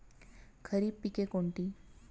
खरीप पिके कोणती?